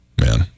man